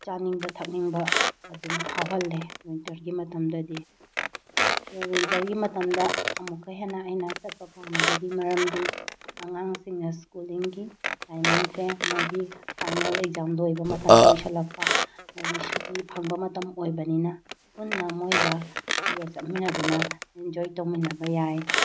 ꯆꯥꯅꯤꯡꯕ ꯊꯛꯅꯤꯡꯕ ꯑꯗꯨꯝ ꯐꯥꯎꯍꯜꯂꯦ ꯋꯤꯟꯇꯔꯒꯤ ꯃꯇꯝꯗꯗꯤ ꯑꯗꯣ ꯋꯤꯟꯇꯔꯒꯤ ꯃꯇꯝꯗ ꯑꯃꯨꯛꯀ ꯍꯦꯟꯅ ꯑꯩꯅ ꯆꯠꯄ ꯄꯥꯝꯃꯤꯕꯒꯤ ꯃꯔꯝꯗꯤ ꯑꯉꯥꯡꯁꯤꯡꯅ ꯁ꯭ꯀꯨꯜꯂꯤꯟꯒꯤ ꯇꯥꯏꯃꯤꯡꯁꯦ ꯃꯣꯏꯒꯤ ꯐꯥꯏꯅꯦꯜ ꯑꯦꯛꯖꯥꯝ ꯂꯣꯏꯕ ꯃꯇꯝ ꯑꯣꯏꯁꯤꯟꯂꯛꯄ ꯃꯣꯏꯒꯤ ꯁꯨꯇꯤ ꯐꯪꯕ ꯃꯇꯝ ꯑꯣꯏꯕꯅꯤꯅ ꯄꯨꯟꯅ ꯃꯣꯏꯒ ꯑꯩꯈꯣꯏꯒ ꯆꯠꯃꯤꯟꯅꯗꯨꯅ ꯏꯟꯖꯣꯏ ꯇꯧꯃꯤꯟꯅꯕ ꯌꯥꯏ